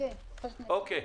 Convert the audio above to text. אוקיי.